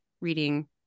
reading